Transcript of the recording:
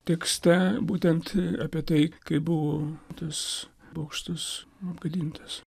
tekste būtent apie tai kaip buvo tas bokštas apgadintas